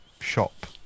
shop